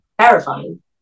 terrifying